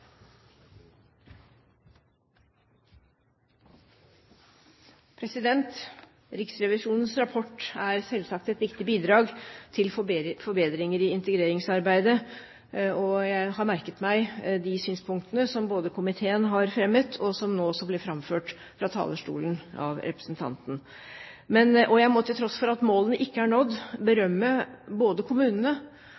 selvsagt et viktig bidrag til forbedringer i integreringsarbeidet. Jeg har merket meg de synspunktene som komiteen har fremmet, og som nå også ble framført fra talerstolen av representanten. Jeg må, til tross for at målene ikke er nådd,